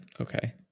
Okay